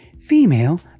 female